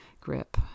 grip